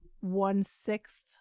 one-sixth